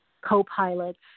co-pilots